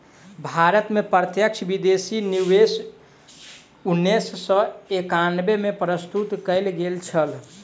भारत में प्रत्यक्ष विदेशी निवेश उन्नैस सौ एकानबे में प्रस्तुत कयल गेल छल